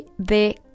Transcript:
de